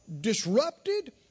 disrupted